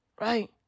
Right